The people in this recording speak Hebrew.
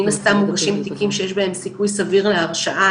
מן הסתם מוגשים תיקים שיש בהם סיכוי סביר להרשעה,